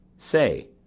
say.